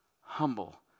humble